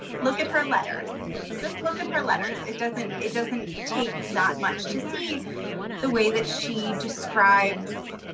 look at her letters. just look at her letters. it doesn't it doesn't take that much to see the way that she describes